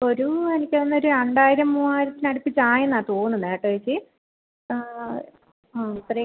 ഒരു എനിക്കന്നൊര് രണ്ടായിരം മൂവായിരത്തിന് അടുപ്പിച്ചായെന്നാണ് തോന്നുന്നത് കേട്ടോ ഏച്ചി ആ ഇത്രയും